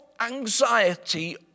anxiety